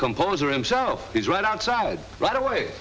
composer him show he's right outside right away